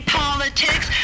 politics